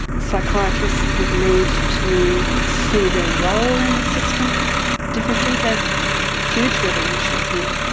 psychiatrists would need to see their role in the system differently. there's huge revolutions here.